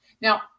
Now